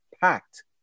packed